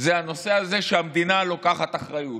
זה הנושא הזה שהמדינה לוקחת אחריות.